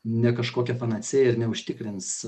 ne kažkokia panacėja ir neužtikrins